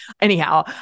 Anyhow